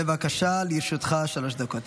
בבקשה, לרשותך שלוש דקות.